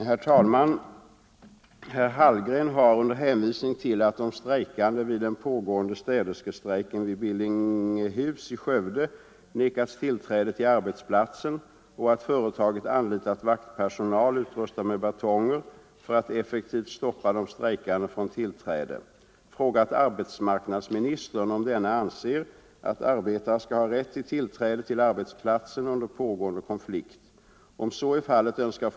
Herr talman! Herr Hallgren har — under hänvisning till att de strejkande vid den pågående städerskestrejken vid Billingehus i Skövde nekats till träde till arbetsplatsen och att företaget anlitat vaktpersonal, utrustad Nr 6 med batonger, för att effektivt stoppa de strejkande från tillträde — frågat Torsdagen den arbetsmarknadsministern, om denne anser att arbetare skall ha rätt till 16 januari 1975 tillträde till arbetsplatsen under pågående konflikt. Om så är fallet, önskar.